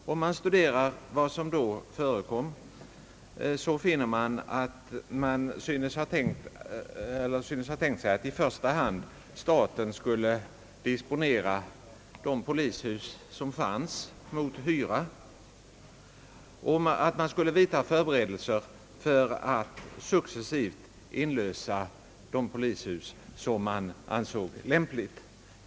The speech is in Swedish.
Om vi studerar vad som då förekom, finner vi att man i första hand synes ha tänkt sig att staten skulle disponera befintliga polishus mot hyra men att förberedelser skulle vidtas för successiv inlösning av de polishus som det ansågs lämpligt att inlösa.